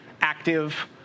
active